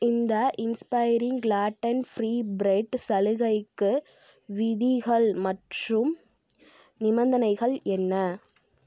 இந்த inspiring gluten free bread சலுகைக்கு விதிகள் மற்றும் நிபந்தனைகள் என்ன